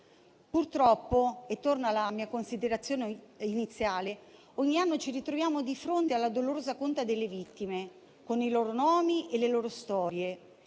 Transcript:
Purtroppo - e torno alla mia considerazione iniziale - ogni anno ci ritroviamo di fronte alla dolorosa conta delle vittime, con i loro nomi e le loro storie.